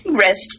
Rest